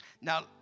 Now